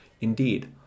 Indeed